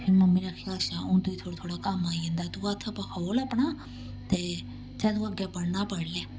फ्ही मम्मी ने आखेआ अच्छा हून तुगी थोह्ड़ा थोह्ड़ा कम्म आई जंदा तूं हत्थ खोल अपना ते जे तूं अग्गें पढ़ना पढ़ी लै